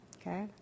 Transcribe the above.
okay